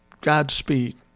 Godspeed